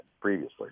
previously